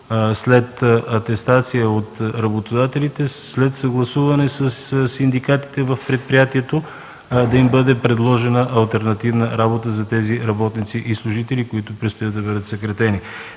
след атестация от работодателите, след съгласуване със синдикатите в предприятието да бъде предложена алтернативна работа на тези работници и служители, на които им предстои да бъдат съкратени.